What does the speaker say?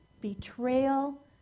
betrayal